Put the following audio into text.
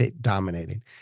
dominating